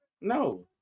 No